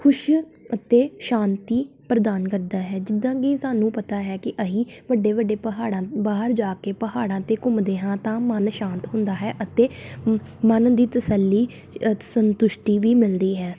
ਖੁਸ਼ ਅਤੇ ਸ਼ਾਂਤੀ ਪ੍ਰਦਾਨ ਕਰਦਾ ਹੈ ਜਿੱਦਾਂ ਕਿ ਸਾਨੂੰ ਪਤਾ ਹੈ ਕਿ ਅਸੀਂ ਵੱਡੇ ਵੱਡੇ ਪਹਾੜਾਂ ਬਾਹਰ ਜਾ ਕੇ ਪਹਾੜਾਂ 'ਤੇ ਘੁੰਮਦੇ ਹਾਂ ਤਾਂ ਮਨ ਸ਼ਾਂਤ ਹੁੰਦਾ ਹੈ ਅਤੇ ਮਨ ਦੀ ਤਸੱਲੀ ਸੰਤੁਸ਼ਟੀ ਵੀ ਮਿਲਦੀ ਹੈ